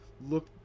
look